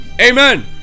Amen